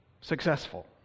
successful